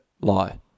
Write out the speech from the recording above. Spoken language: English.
Lie